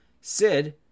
Sid